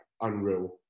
unreal